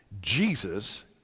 Jesus